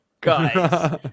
Guys